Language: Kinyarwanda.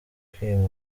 kwima